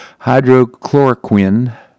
hydrochloroquine